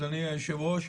אדוני היו"ר,